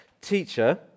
Teacher